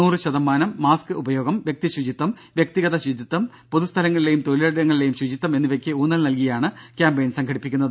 നൂറു ശതമാനമാനം മാസ്ക് ഉപയോഗം വ്യക്തി ശുചിത്വം വ്യക്തിഗത ശുചിത്വം പൊതു സ്ഥലങ്ങളിലേയും തൊഴിലിടങ്ങളിലെയും ശുചിത്വം എന്നിവയ്ക്ക് ഊന്നൽ നൽകിയാണ് കാമ്പയിൻ സംഘടിപ്പിക്കുന്നത്